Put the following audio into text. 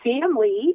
family